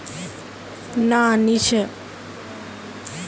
किसान लाक ऋण प्राप्त करवार तने कोई विशेष लाभ छे कि?